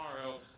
tomorrow